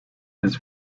his